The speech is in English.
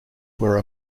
were